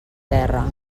terra